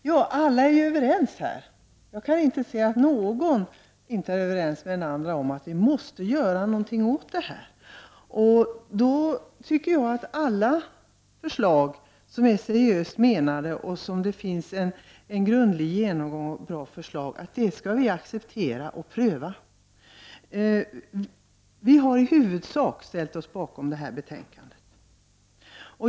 Herr talman! Vi är alla överens i den här frågan. Jag kan inte se att det finns någon här som inte är överens om att vi måste göra någonting åt dessa problem. Jag tycker att alla förslag som är seriöst menade och som man har genomgått grundligt är bra förslag, och dem skall vi acceptera och pröva. Vi i miljöpartiet de gröna har i huvudsak ställt oss bakom detta betänkande.